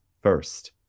first